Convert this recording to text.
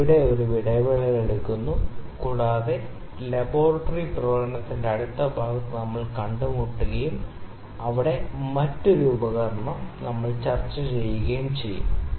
ഞാൻ ഇവിടെ ഒരു ഇടവേള എടുക്കുന്നു കൂടാതെ ലബോറട്ടറി പ്രകടനത്തിന്റെ അടുത്ത ഭാഗത്ത് നമ്മൾ കണ്ടുമുട്ടുകയും അവിടെ മറ്റൊരു ഉപകരണം ചർച്ചചെയ്യുകയും ചെയ്യും